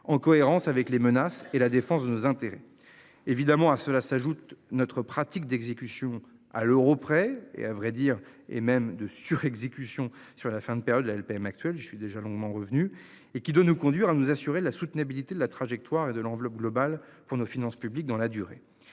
en cohérence avec les menaces et la défense de nos intérêts évidemment. À cela s'ajoute notre pratique d'exécution à l'euro près. Et à vrai dire et même de sur exécution sur la fin de période, la LPM actuelle. Je suis déjà longuement revenu et qui doit nous conduire à nous assurer la soutenabilité de la trajectoire et de l'enveloppe globale pour nos finances publiques dans la durée.